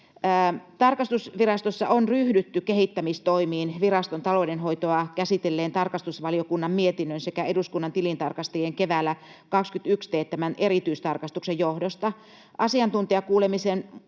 Tarkastusvirastossa on ryhdytty kehittämistoimiin viraston taloudenhoitoa käsitelleen tarkastusvaliokunnan mietinnön sekä eduskunnan tilintarkastajien keväällä 21 teettämän erityistarkastuksen johdosta. Asiantuntijakuulemisten